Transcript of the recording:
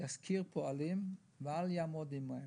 "ישכיר פועלים ואל יעמוד עמהם",